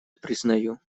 признаю